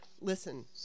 listen